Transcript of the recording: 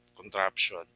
contraption